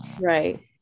Right